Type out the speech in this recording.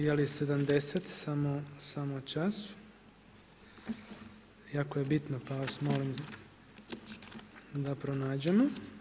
Je li 70, samo čas, jako je bitno pa vas molim da pronađemo.